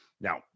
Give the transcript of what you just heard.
Now